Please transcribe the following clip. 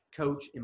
coach